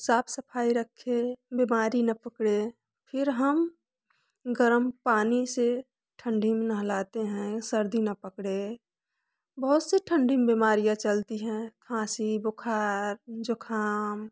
साफ सफाई रखे बिमारी न पकड़े फिर हम गर्म पानी से ठंडी में नहलाते हैं सर्दी न पकड़े बहुत से ठंढी में बीमारियाँ चलती हैं खाँसी बुखार ज़ुकाम